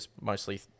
mostly